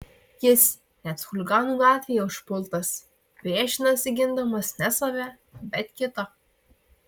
jis net chuliganų gatvėje užpultas priešinasi gindamas ne save bet kitą